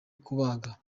kubaga